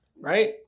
Right